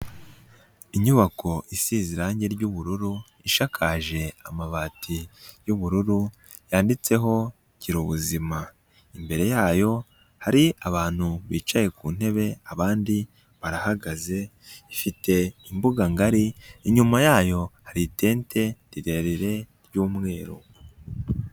Inyubako isize irangi ry'ubururu, ishakaje amabati y'ubururu, yanditseho gira ubuzima. Imbere yayo, hari abantu bicaye ku ntebe abandi barahagaze, ifite imbuga ngari, inyuma yayo hari itente rirerire ry'umweru.